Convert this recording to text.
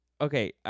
Okay